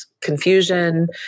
confusion